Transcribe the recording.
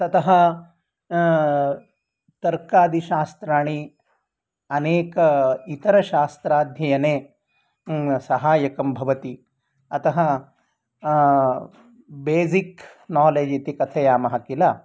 ततः तर्कादिशास्त्राणि अनेक इतरशास्त्राध्ययने सहायकं भवति अतः बेज़िक् नालेज् इति कथयामः किल